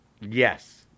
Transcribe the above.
yes